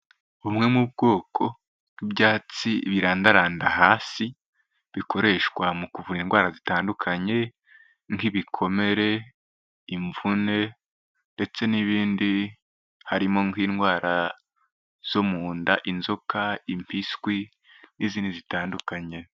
Bumwe mu bwoko bw'ibyatsi birandaranda hasi bikoreshwa mu kuvura indwara zitandukanye nk'ibikomere, imvune ndetse n'ibindi, harimo nk'indwara zo mu nda, inzoka, impiswi n'izindi zitandukanye.